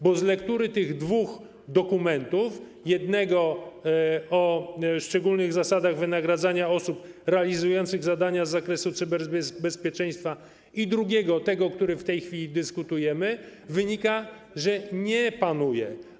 Bo z lektury tych dwóch dokumentów: jednego o szczególnych zasadach wynagradzania osób realizujących zadania z zakresu cyberbezpieczeństwa i tego drugiego, o którym w tej chwili dyskutujemy, wynika, że pan nie panuje.